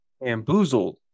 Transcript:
Bamboozled